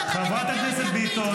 חברת הכנסת ביטון,